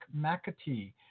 McAtee